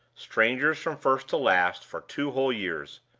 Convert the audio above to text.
strangers from first to last, for two whole years.